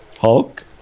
Hulk